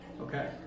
Okay